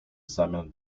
zamian